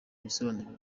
ibisobanuro